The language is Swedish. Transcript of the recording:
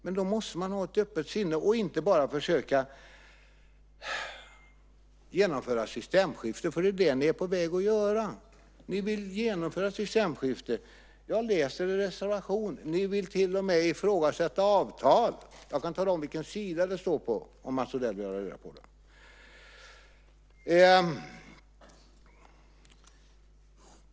Men då måste man ha ett öppet sinne och inte bara försöka genomföra ett systemskifte. Det är det som ni är på väg att göra. Ni vill genomföra ett systemskifte. Jag läser i er reservation att ni till och med vill ifrågasätta avtal. Jag kan tala om vilken sida som det står på, om Mats Odell vill ha reda på det.